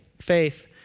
faith